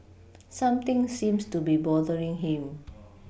something seems to be bothering him